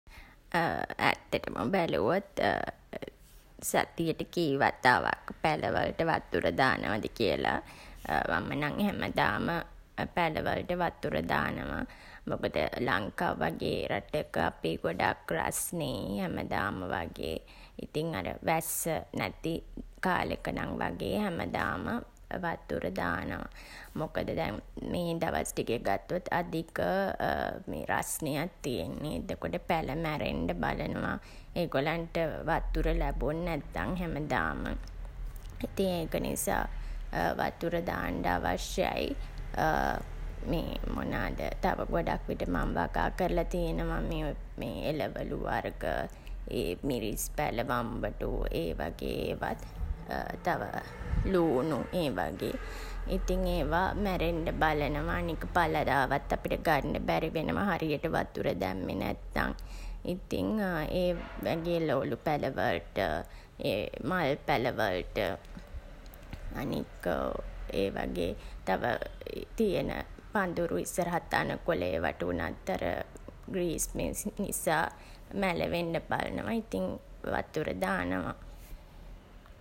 ඇත්තටම බැලුවොත් සතියට කී වතාවක් පැළ වලට වතුර දානවද කියලා මම නම් හැමදාම පැළ වලට වතුර දානවා. මොකද ලංකාව වගේ රටක අපි ගොඩක් රස්නෙයි හැමදාම වගේ. ඉතින් අර වැස්ස නැති කාලෙක නම් වගේ හැමදාම වතුර දානවා. මොකද දැන් මේ දවස් ටිකේ ගත්තොත් අධික මේ රස්නයක් තියෙන්නේ. එතකොට පැළ මැරෙන්ඩ බලනවා ඒගොල්ලන්ට වතුර ලැබුන් නැත්තන් හැමදාම. ඉතින් ඒක නිසා වතුර දාන්ඩ අවශ්‍යයි. මොනාද තව ගොඩක් විට මම වගා කරලා තියනවා මේ එළවලු වර්ග. ඒ මිරිස් පැළ, වම්බටු. ඒ වගේ ඒවත්. තව ළූණු ඒ වගේ. ඉතින් ඒවා මැරෙන්ඩ බලනවා. අනික ඵලදාවත් අපිට ගන්ඩ බැරි වෙනවා හරියට වතුර දැම්මේ නැත්තන්. ඉතින් ඒ වගේ එලෝලු පැළ වලට මල් පැළ වලට අනික ඒ වගේ තව තියෙන පඳුරු ඉස්සරහා තණකොළ ඒවට වුණත් අර ග්‍රීස්මෙත් නිසා මැළවෙන්ඩ බලනවා. ඉතින් වතුර දානවා.